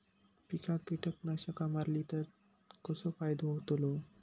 पिकांक कीटकनाशका मारली तर कसो फायदो होतलो?